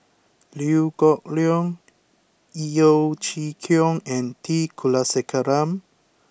Liew Geok Leong Yeo Chee Kiong and T Kulasekaram